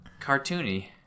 cartoony